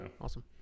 awesome